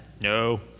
no